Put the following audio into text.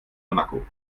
monaco